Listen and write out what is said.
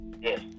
Yes